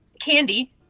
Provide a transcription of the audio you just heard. candy